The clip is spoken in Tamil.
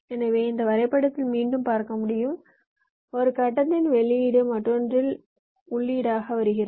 எனவே இந்த வரைபடத்தை மீண்டும் பார்க்க முடியும் ஒரு கட்டத்தின் வெளியீடு மற்றொன்றின் உள்ளீட்டில் வருகிறது